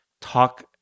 talk